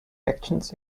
actions